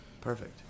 Perfect